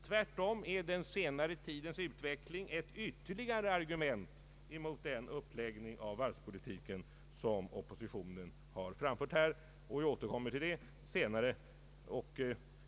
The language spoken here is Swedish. Tvärtom är den senare tidens utveckling ett ytterligare argument mot den uppläggning av varvspolitiken som oppositionen här har förordat; jag återkommer till detta senare.